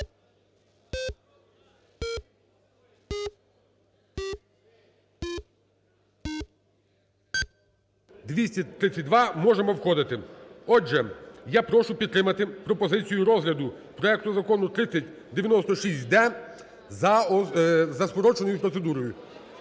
232. Можемо входити. Отже, я прошу підтримати пропозицію розгляду проекту Закону 3096-д за скороченою процедурою.